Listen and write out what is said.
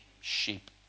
sheep